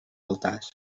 altars